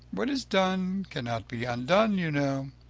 what is done cannot be undone, you know.